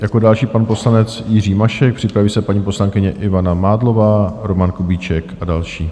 Jako další pan poslanec Jiří Mašek, připraví se paní poslankyně Ivana Mádlová, Roman Kubíček a další.